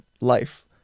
life